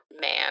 man